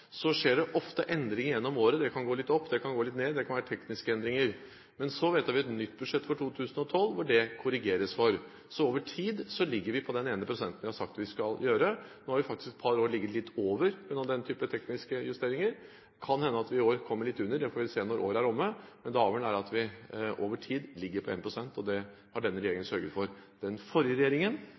Så skjer det ofte endringer gjennom året, det kan gå litt opp, det kan gå litt ned, og det kan være tekniske endringer. Men så vedtar vi et nytt budsjett for 2012 hvor det korrigeres for. Så over tid ligger vi på den ene prosenten som vi har sagt vi skal gjøre. Nå har vi faktisk et par år ligget litt over på grunn av den type tekniske justeringer. Det kan hende at vi i år kommer litt under, men det får vi se når året er omme. Det avgjørende er at vi over tid ligger på 1 pst., og det har denne regjeringen sørget for. Den forrige regjeringen